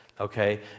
Okay